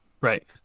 Right